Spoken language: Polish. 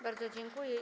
Bardzo dziękuję.